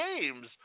games